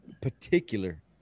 particular